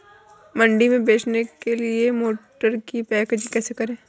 मंडी में बेचने के लिए मटर की पैकेजिंग कैसे करें?